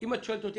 שאם את שואלת אותי,